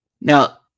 now